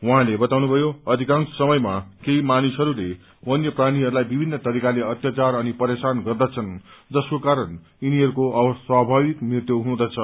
उहाँले बताउनुभयो अधिक्रांश समयमा केही मानिसहस्ले वन्य प्राणीहस्लाई विभिन्न तरिकाले अत्याचार अनि परेशान गर्दछन् जसको कारण यिनीहरूको अस्वाभाविक मृत्यु हुँदछ